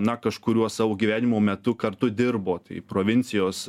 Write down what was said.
na kažkuriuo savo gyvenimo metu kartu dirbo tai provincijos